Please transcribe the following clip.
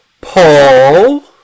Paul